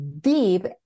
deep